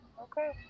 Okay